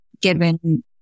given